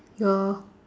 your